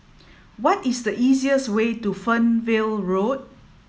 what is the easiest way to Fernvale Road